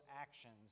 actions